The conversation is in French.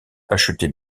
acheter